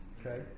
Okay